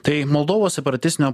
tai moldovos separatistinio